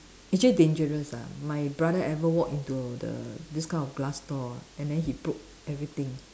actually dangerous ah my brother ever walk into the this kind of glass door and then he broke everything